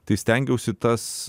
tai stengiausi tas